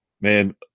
man